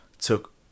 took